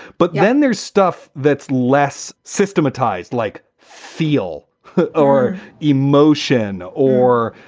but then there's stuff that's less systematized, like feel or emotion or,